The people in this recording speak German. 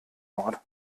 ort